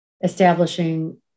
establishing